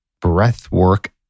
breathwork